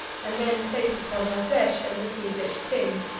and then placed it upon her flesh and received its sting.